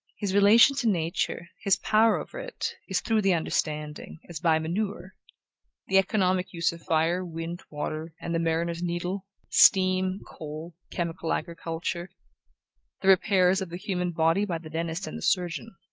his relation to nature, his power over it, is through the understanding as by manure the economic use of fire, wind, water, and the mariner's needle steam, coal, chemical agriculture the repairs of the human body by the dentist and the surgeon.